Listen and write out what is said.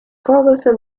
vorwürfe